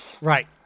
Right